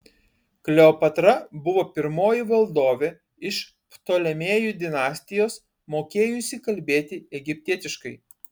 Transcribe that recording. kleopatra buvo pirmoji valdovė iš ptolemėjų dinastijos mokėjusi kalbėti egiptietiškai